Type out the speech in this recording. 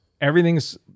everything's